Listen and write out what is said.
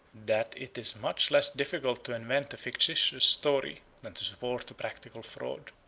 that it is much less difficult to invent a fictitious story, than to support a practical fraud.